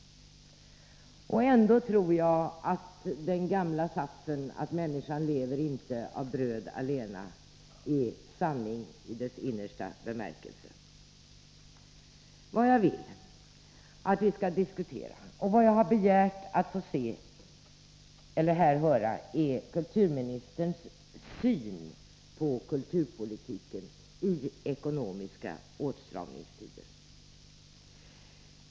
Ändå tror jag att det gamla ordet som säger att människan inte lever av bröd allena är sanning i sin innersta bemärkelse. Vad jag vill att vi skall diskutera och vad jag frågat efter är kulturministerns syn på kulturpolitiken i tider av ekonomisk åtstramning.